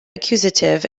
accusative